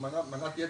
מנת יתר,